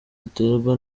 ziterwa